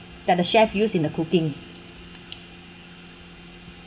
that the chef used in the cooking